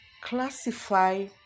classify